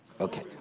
Okay